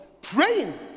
praying